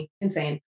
Insane